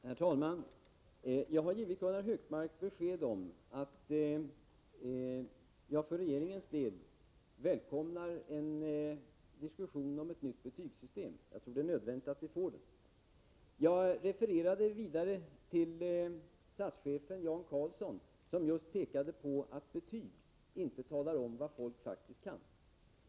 Herr talman! Jag har givit Gunnar Hökmark besked om att jag för regeringens del välkomnar en diskussion om ett nytt betygssystem. Jag tror att det är nödvändigt att vi får det. Vidare refererade jag till SAS-chefen Jan Carlzon, som just pekade på att betyg inte talar om vad folk faktiskt kan.